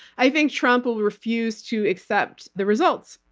i think trump will refuse to accept the results.